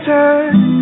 time